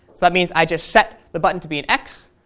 so that means i just set the button to be an x,